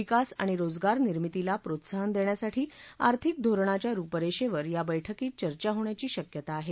विकास आणि रोजगार निर्मितीला प्रोत्साहन देण्यासाठी आर्थिक धोरणाच्या रुपरेषेवर या बैठकीत चर्चा होण्याची शक्यता आहे